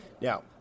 Now